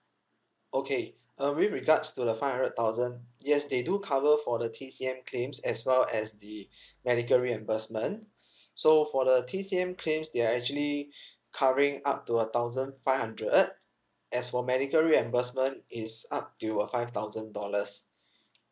okay uh with regards to the five hundred thousand yes they do cover for the T_C_M claims as well as the medical reimbursement so for the T_C_M plans they're actually covering up to a thousand five hundred as for medical reimbursement it's up till a five thousand dollars